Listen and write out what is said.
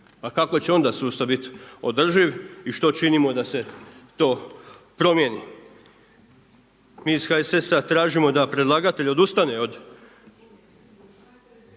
A kako će onda sustav biti održiv i što činimo da se to promijeni? Mi iz HSS-a tražimo da predlagatelj odustane od